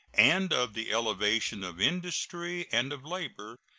and of the elevation of industry and of labor,